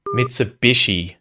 Mitsubishi